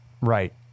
right